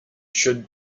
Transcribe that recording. should